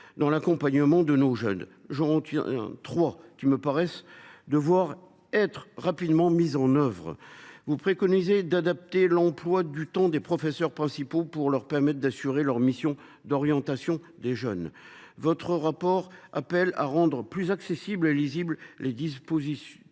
l’accompagnement de nos jeunes. J’en retiens trois, qui me paraissent devoir être mises en œuvre rapidement. Tout d’abord, vous préconisez d’adapter l’emploi du temps des professeurs principaux pour leur permettre d’assurer leur mission d’orientation des jeunes. Ensuite, vous appelez à rendre plus accessibles et lisibles les dispositifs